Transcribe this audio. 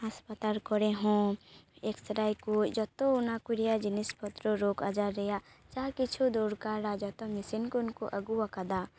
ᱦᱟᱥᱯᱟᱛᱟᱞ ᱠᱚᱨᱮ ᱦᱚᱸ ᱮᱠᱥᱮᱨᱮ ᱠᱚ ᱡᱚᱛᱚ ᱚᱱᱟ ᱠᱚ ᱨᱮᱭᱟᱜ ᱡᱤᱱᱤᱥ ᱯᱚᱛᱨᱚ ᱨᱳᱜᱽ ᱟᱡᱟᱨ ᱨᱮᱭᱟᱜ ᱡᱟ ᱠᱤᱪᱷᱩ ᱫᱚᱨᱠᱟᱨᱟ ᱡᱚᱛᱚ ᱢᱮᱥᱤᱱ ᱠᱷᱚᱱ ᱠᱚ ᱟᱹᱜᱩᱣᱟᱠᱟᱫᱟ